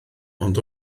ond